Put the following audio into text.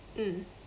mm